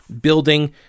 building